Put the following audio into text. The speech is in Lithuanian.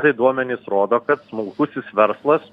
tai duomenys rodo kad smulkusis verslas